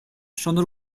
sono